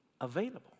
available